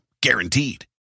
Guaranteed